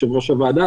יושב-ראש הוועדה,